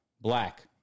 Black